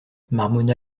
marmonna